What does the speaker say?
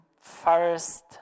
first